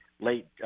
late